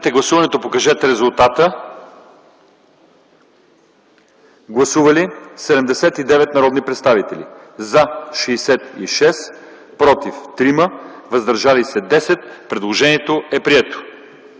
Гласували 87 народни представители: за 71, против 3, въздържали се 13. Предложението е прието.